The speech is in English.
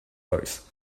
voice